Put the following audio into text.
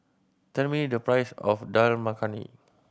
tell me the price of Dal Makhani